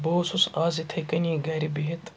بہٕ اوسُس آز یِتھَے کٔنی گَرِ بِہِتھ